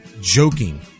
joking